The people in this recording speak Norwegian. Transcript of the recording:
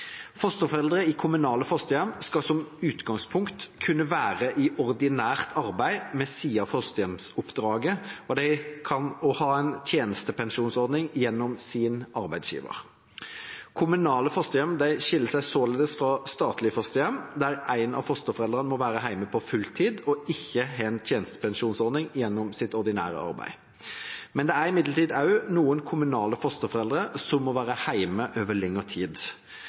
Fosterforeldre i kommunale fosterhjem skal som utgangspunkt kunne være i ordinært arbeid ved siden av fosterhjemsoppdraget, og de kan også ha en tjenestepensjonsordning gjennom sin arbeidsgiver. Kommunale fosterhjem skiller seg således fra statlige fosterhjem, der en av fosterforeldrene må være hjemme på fulltid og ikke har en tjenestepensjonsordning gjennom sitt ordinære arbeid. Det er imidlertid også noen kommunale fosterforeldre som må være hjemme over lengre tid.